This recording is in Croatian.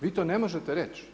Vi to ne možete reći.